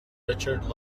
richard